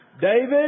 David